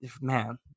man